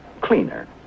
cleaner